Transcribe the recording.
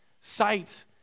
Sight